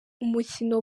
umukino